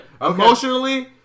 Emotionally